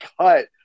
cut